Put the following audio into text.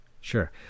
sure